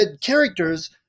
characters